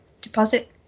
deposit